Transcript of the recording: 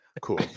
cool